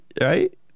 right